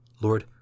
Lord